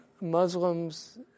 Muslims